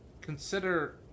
consider